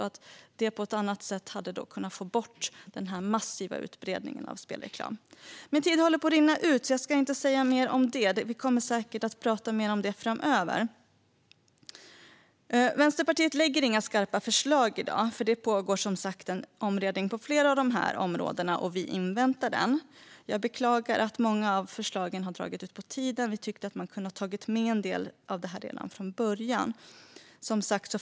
Det hade på ett annat sätt kunnat få bort den massiva utbredningen av spelreklam. Min tid håller på att rinna ut, så jag ska inte säga mer om detta. Vi kommer säkert att tala mer om det framöver. Vänsterpartiet lägger inte fram några skarpa förslag i dag. Det pågår som sagt en utredning på flera av dessa områden, och vi inväntar den. Jag beklagar att många av förslagen har dragit ut på tiden. Vi tyckte att man kunde ha tagit med en del av detta redan från början.